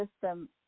system